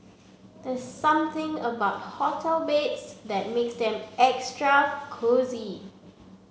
there's something about hotel beds that makes them extra cosy